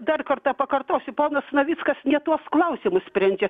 dar kartą pakartosiu ponas navickas ne tuos klausimus sprendžia